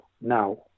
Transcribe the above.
now